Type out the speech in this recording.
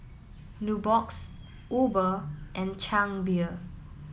Nubox Uber and Chang Beer